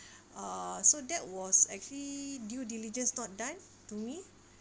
uh so that was actually due diligence not done to me